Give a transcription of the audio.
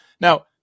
now